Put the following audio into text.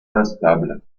instable